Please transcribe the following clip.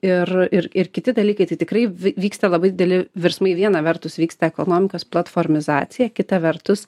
ir ir ir kiti dalykai tai tikrai v vyksta labai dideli virsmai viena vertus vyksta ekonomikos platformizacija kita vertus